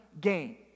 gain